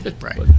Right